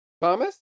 Thomas